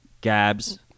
gabs